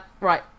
right